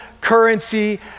currency